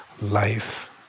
life